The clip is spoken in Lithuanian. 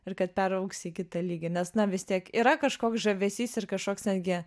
ir kad peraugsi į kitą lygį nes na vis tiek yra kažkoks žavesys ir kažkoks netgi